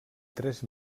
tres